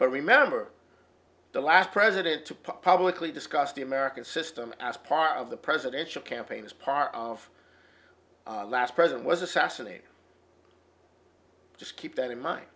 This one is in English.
but remember the last president to publicly discuss the american system as part of the presidential campaign is part of the last president was assassinated just keep that in mind